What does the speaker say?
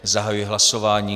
Zahajuji hlasování.